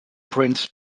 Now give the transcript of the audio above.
prince